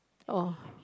oh